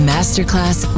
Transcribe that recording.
Masterclass